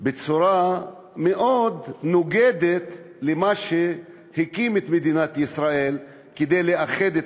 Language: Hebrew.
נפגעת בצורה שמאוד נוגדת למה שהקים את מדינת ישראל כדי לאחד את